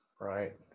Right